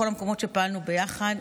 בכל המקומות שפעלנו ביחד,